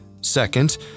Second